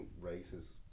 races